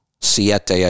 Siete